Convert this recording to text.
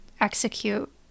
execute